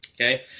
Okay